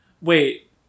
Wait